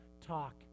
talk